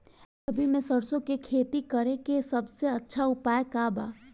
रबी में सरसो के खेती करे के सबसे अच्छा उपाय का बा?